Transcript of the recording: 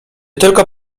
tylko